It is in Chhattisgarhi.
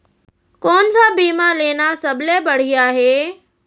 कोन स बीमा लेना सबले बढ़िया हे?